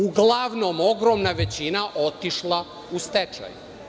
Uglavnom ogromna većina otišla u stečaj.